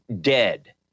dead